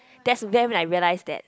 that's then I realise that